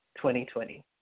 2020